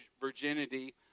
virginity